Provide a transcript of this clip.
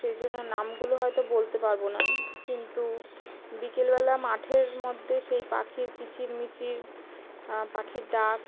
সেই জন্য নামগুলো হয়তো বলতে পারবো না কিন্তু বিকেলবেলা মাঠের মধ্যে সেই পাখির কিচির মিচির পাখির ডাক